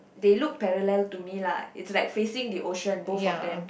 they look parallel to me lah it's like facing the ocean both of them